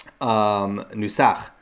Nusach